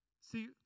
see